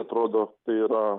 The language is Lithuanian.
atrodo tai yra